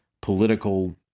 political